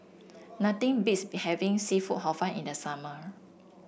nothing beats be having seafood Hor Fun in the summer